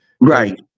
Right